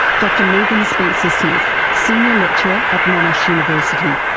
dr megan spencer-smith, senior lecturer at monash university.